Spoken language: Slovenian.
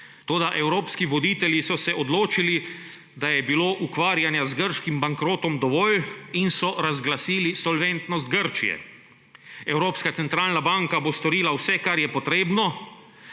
Toda evropski voditelji so se odločili, da je bilo ukvarjanja z grškim bankrotom dovolj, in so razglasili solventnost Grčije. Evropska centralna banka bo storila vse, kar je potrebno,